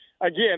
again